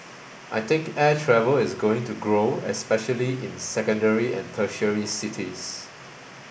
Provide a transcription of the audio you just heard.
I think air travel is going to grow especially in secondary and tertiary cities